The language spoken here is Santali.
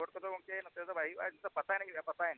ᱵᱷᱳᱴ ᱠᱚᱫᱚ ᱜᱚᱢᱠᱮ ᱱᱚᱛᱮ ᱫᱚ ᱵᱟᱭ ᱦᱩᱭᱩᱜᱼᱟ ᱱᱚᱛᱮ ᱫᱚ ᱯᱟᱛᱟ ᱮᱱᱮᱡ ᱦᱩᱭᱩᱜᱼᱟ ᱯᱟᱛᱟ ᱮᱱᱮᱡ